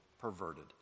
perverted